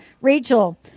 Rachel